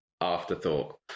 afterthought